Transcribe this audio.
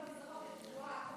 צבועה,